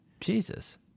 Jesus